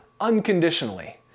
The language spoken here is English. unconditionally